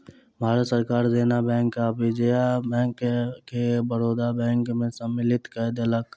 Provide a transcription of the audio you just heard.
भारत सरकार देना बैंक आ विजया बैंक के बड़ौदा बैंक में सम्मलित कय देलक